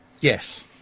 Yes